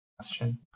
question